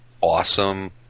awesome